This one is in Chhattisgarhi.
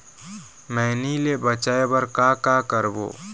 मैनी ले बचाए बर का का करबो?